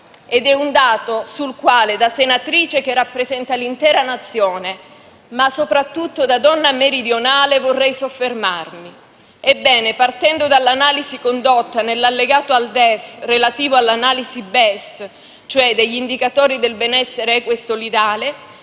ed è un dato sul quale, da senatrice che rappresenta l'intera Nazione, ma soprattutto da donna meridionale, vorrei soffermarmi. Ebbene, partendo dall'analisi condotta nell'allegato al DEF relativo all'analisi BES, cioè degli indicatori del benessere equo e solidale,